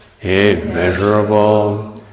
immeasurable